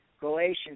Galatians